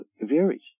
varies